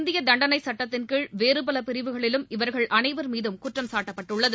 இந்திய தண்டனை சட்டத்தின்கீழ் வேறுபல பிரிவுகளிலும் இவர்கள் அனைவர் மீதும் குற்றம் சாட்டப்பட்டுள்ளது